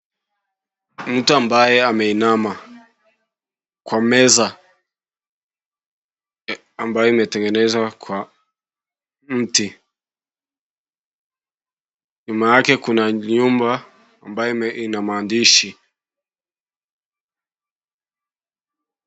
Mtu ambaye ameinama kwa meza ambayo imetengenezwa kwa mti, nyuma yake kuna nyumba ambayo ina maandishi.